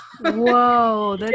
whoa